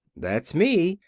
that's me,